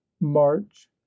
march